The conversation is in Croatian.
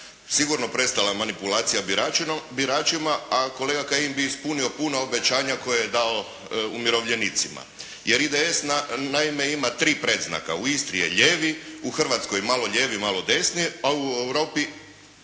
sigurno prestala manipulacija biračima. A kolega Kajin bi ispunio puno obećanja koje je dao umirovljenicima. Jer IDS naime ima tri predznaka. U Istri je lijevi, u Hrvatskoj malo lijevi malo desni, a u Europi